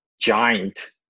giant